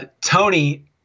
Tony